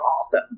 awesome